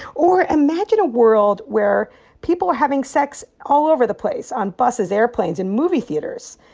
or imagine a world where people are having sex all over the place on buses, airplanes and movie theaters.